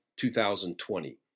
2020